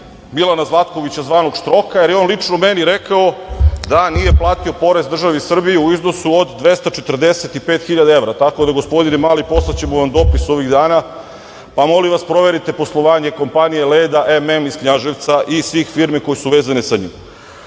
Milana Zlatkovića, zvanog Štroka, jer je on lično meni rekao da nije platio porez državi Srbiji u iznosu od 245.000 evra. Tako da, gospodine Mali, poslaćemo vam dopis ovih dana, pa molim vas proverite poslovanje kompanije „Leda MM“ iz Knjaževca i svih firmi koje su vezane sa njim. Isto